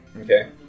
Okay